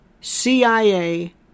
CIA